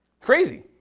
Crazy